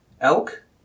Elk